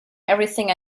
everything